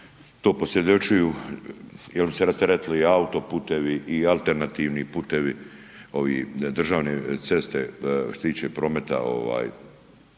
to posvjedočuju, jer bi se rasteretili i autoputevi i alternativni putevi ovi državne ceste što se tiče prometa